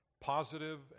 positive